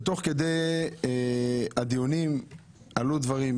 תוך כדי הדיונים עלו דברים,